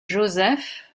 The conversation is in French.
josèphe